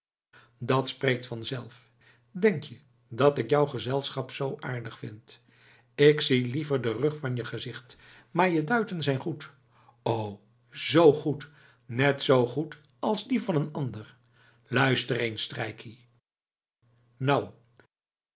dat spreekt vanzelf denk je dat ik jou gezelschap zoo aardig vind k zie liever je rug dan je gezicht maar je duiten zijn goed o zoo goed net zoo goed als die van een ander luister eens strijkkie nou